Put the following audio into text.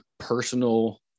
personal